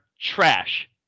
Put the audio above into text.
trash